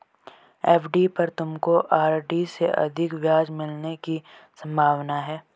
FD पर तुमको RD से अधिक ब्याज मिलने की संभावना है